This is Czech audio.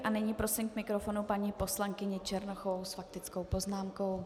A nyní prosím k mikrofonu paní poslankyni Černochovou s faktickou poznámkou.